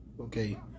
okay